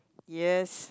yes